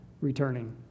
returning